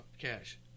Cash